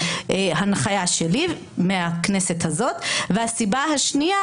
הנחיה שלי מהכנסת הזאת; והסיבה השנייה